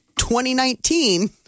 2019